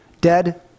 Dead